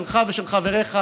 שלך ושל חבריך,